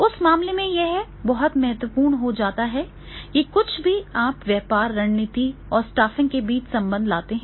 उस मामले में यह बहुत महत्वपूर्ण हो जाता है कि जो कुछ भी आप व्यापार रणनीति और स्टाफिंग के बीच संबंध लाते हैं